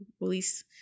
release